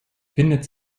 findet